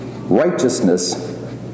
righteousness